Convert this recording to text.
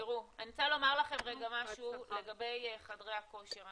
אני רוצה לומר לכם משהו לגבי חדרי הכושר.